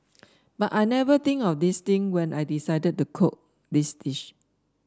but I never think of these thing when I decided to cook this dish